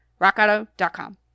RockAuto.com